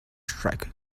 strike